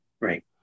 Right